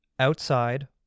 Outside